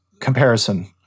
comparison